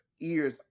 ears